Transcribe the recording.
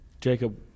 Jacob